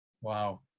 Wow